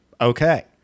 Okay